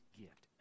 gift